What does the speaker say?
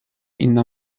inna